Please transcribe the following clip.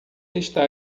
está